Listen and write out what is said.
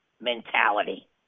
Mentality